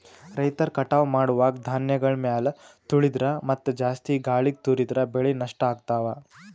ರೈತರ್ ಕಟಾವ್ ಮಾಡುವಾಗ್ ಧಾನ್ಯಗಳ್ ಮ್ಯಾಲ್ ತುಳಿದ್ರ ಮತ್ತಾ ಜಾಸ್ತಿ ಗಾಳಿಗ್ ತೂರಿದ್ರ ಬೆಳೆ ನಷ್ಟ್ ಆಗ್ತವಾ